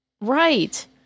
Right